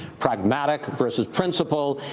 pragmatic versus principle.